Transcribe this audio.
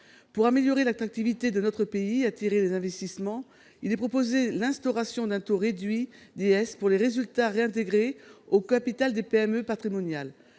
Pour améliorer l'attractivité de notre pays et attirer les investissements, il est proposé l'instauration d'un taux réduit d'impôt sur les sociétés pour les résultats réintégrés au capital des PME patrimoniales.